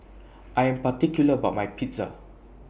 I Am particular about My Pizza